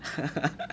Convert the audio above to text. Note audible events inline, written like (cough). (laughs)